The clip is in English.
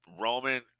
Roman